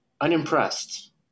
unimpressed